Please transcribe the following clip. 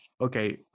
okay